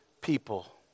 people